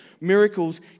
miracles